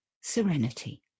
serenity